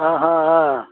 ಹಾಂ ಹಾಂ ಹಾಂ